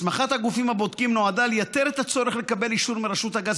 הסמכת הגופים הבודקים נועדה לייתר את הצורך לקבל אישור מרשות הגז